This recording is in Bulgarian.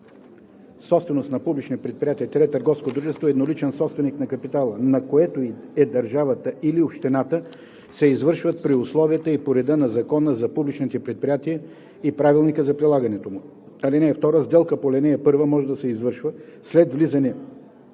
собственост на публично предприятие – търговско дружество, едноличен собственик на капитала, на което е държавата или общината, се извършват при условията и по реда на Закона за публичните предприятия и правилника за прилагането му. (2) Сделка по ал. 1 може да се извършва след влизане